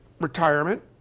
retirement